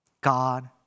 God